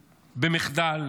במחדל.